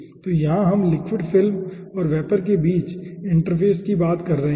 तो यहां हम लिक्विड फिल्म और वेपर के बीच इंटरफेस कि बात कर रहे हैं